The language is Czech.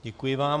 Děkuji vám.